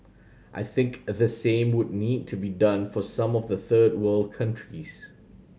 I think the same would need to be done for some of the third world countries